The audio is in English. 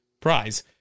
prize